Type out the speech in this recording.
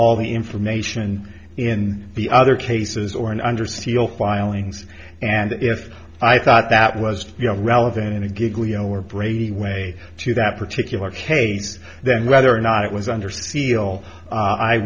all the information in the other cases or and under seal filings and if i thought that was you know relevant in a gig leo or brady way to that particular case then whether or not it was under seal